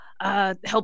Help